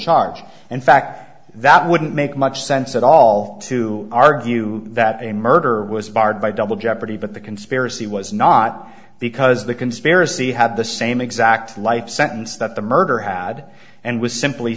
charge and fact that it wouldn't make much sense at all to argue that a murder was barred by double jeopardy but the conspiracy was not because the conspiracy had the same exact life sentence that the murder had and was simply